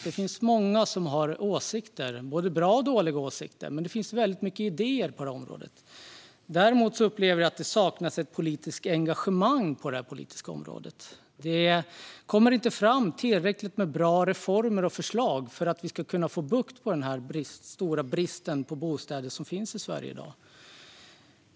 Det finns många som har åsikter, både bra och dåliga, och det finns många idéer på området. Däremot upplever jag att det saknas ett politiskt engagemang inom detta politiska område. Det kommer inte fram tillräckligt många bra reformer och förslag för att vi ska kunna få bukt med den stora brist på bostäder som finns i Sverige i dag.